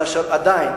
אבל עדיין,